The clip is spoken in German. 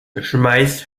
schmeiß